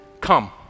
come